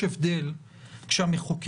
יש הבדל כשהמחוקק